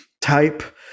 type